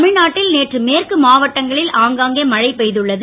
தமிழ்நாட்டில் நேற்று மேற்கு மாவட்டங்களில் ஆங்காங்கே மழை பெய்துள்ளது